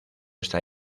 está